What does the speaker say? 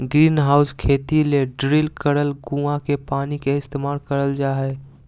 greenhouse खेती ले drill करल कुआँ के पानी के इस्तेमाल करल जा हय